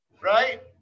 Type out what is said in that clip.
right